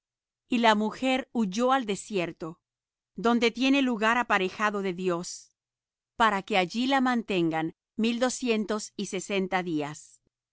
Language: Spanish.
y la mujer huyó al desierto donde tiene lugar aparejado de dios para que allí la mantengan mil doscientos y sesenta días